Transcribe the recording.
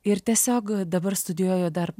ir tiesiog dabar studijuoju dar